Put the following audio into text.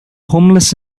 homeless